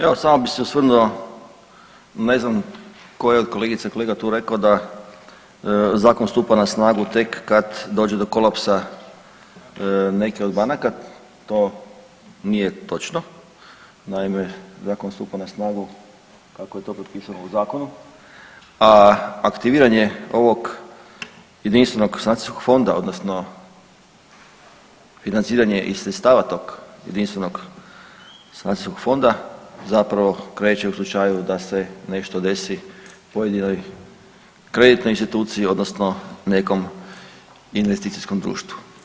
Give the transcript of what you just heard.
Evo samo bi se osvrnuo, ne znam ko je od kolegica i kolega tu rekao da zakon stupa na snagu tek kad dođe do kolapsa neke od banaka, to nije točno, naime, zakon stupa na snagu kako je pisano u zakonu, a aktiviranje ovog jedinstvenog sanacijskog fonda financiranje sredstava tog jedinstvenog sanacijskog fonda zapravo kreće u slučaju da se nešto desi u pojedinoj kreditnoj instituciji odnosno nekom investicijskom društvu.